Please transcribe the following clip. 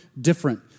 different